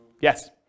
Yes